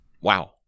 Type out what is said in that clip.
Wow